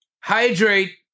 Hydrate